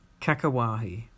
Kakawahi